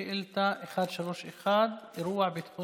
אנשים, שגרת היום שלהם נעצרת באותו יום.